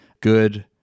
good